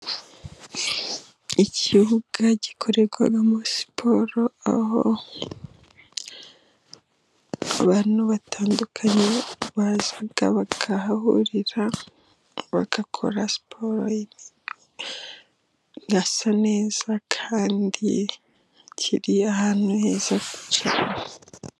Ikibuga gikorerwamo siporo, aho abantu batandukanye baza bakahahurira bagakora siporo. Kirasa neza kandi kiri ahantu heza cyane.